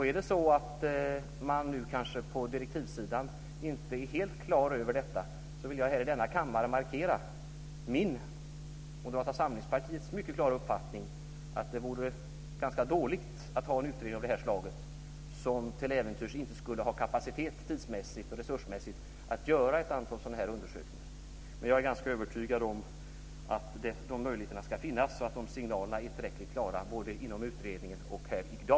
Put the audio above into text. Är det så att man kanske på direktivsidan inte är helt klar över detta, vill jag i denna kammare markera min och Moderata samlingspartiets mycket klara uppfattning, att det vore ganska dåligt att ha en utredning av det här slaget som till äventyrs inte skulle ha kapacitet tidsmässigt och resursmässigt att göra ett antal sådana här undersökningar. Men jag är ganska övertygad om att de möjligheterna ska finnas, att signalerna är tillräckligt klara både inom utredningen och här i dag.